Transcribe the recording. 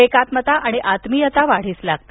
एकात्मता आणि आत्मीयता वाढीस लागते